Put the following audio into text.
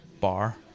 bar